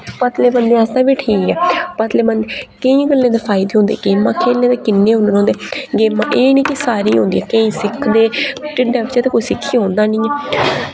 पतले बंदें आस्तै बी ठीक ऐ पतले बंदें केइयें गल्लें ते फायदे होंदे गेम्मां खेलने दे किन्ने हुनर होंदे गेम्मां एह् नेईं कि सारियां औंदियां केईं सिक्खदे ढिड्डा बिच्चा ते कोई सिक्खियै औंदा निं ऐ